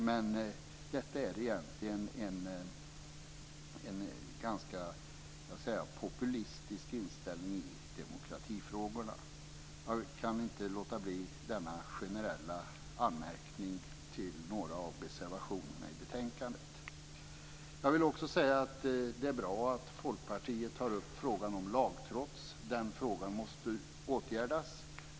Men detta är egentligen en ganska populistisk inställning i demokratifrågorna. Jag kan inte låta bli denna generella anmärkning till några av reservationerna i betänkandet. Jag vill också säga att det är bra att Folkpartiet tar upp frågan om lagtrots. Den frågan måste åtgärdas.